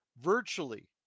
virtually